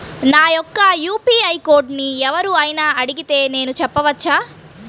నా యొక్క యూ.పీ.ఐ కోడ్ని ఎవరు అయినా అడిగితే నేను చెప్పవచ్చా?